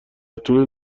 طول